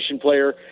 player